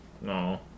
No